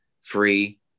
free